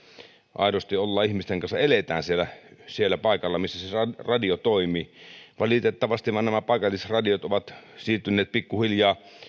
aidosti ollaan ihmisten kanssa eletään siellä siellä paikalla missä se se radio toimii valitettavasti vain nämä paikallisradiot ovat siirtyneet pikkuhiljaa